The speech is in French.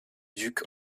ducs